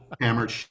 hammered